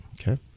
Okay